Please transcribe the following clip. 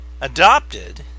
adopted